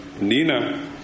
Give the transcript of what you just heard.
Nina